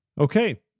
okay